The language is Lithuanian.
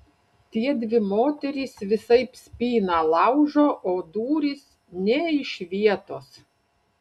tiedvi moterys visaip spyną laužo o durys nė iš vietos